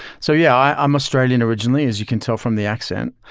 so yeah i'm australian originally, as you can tell from the accent.